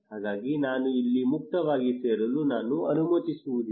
ಹಾಗಾಗಿ ನೀವು ಇಲ್ಲಿ ಮುಕ್ತವಾಗಿ ಸೇರಲು ನಾನು ಅನುಮತಿಸುವುದಿಲ್ಲ